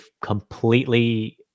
completely